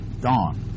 dawn